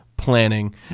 planning